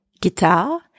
guitar